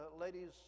ladies